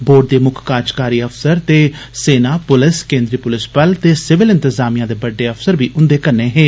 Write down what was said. board दे मुक्ख कार्जकारी अफसर ते सेना पुलस केंद्री पुलस बल ते सिंविल इंतजामियां दे बड्डे अफसर बी उन्दे कन्नै हे